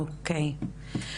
אוקי.